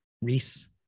reese